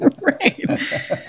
Right